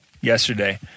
yesterday